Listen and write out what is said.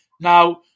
Now